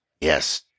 Yes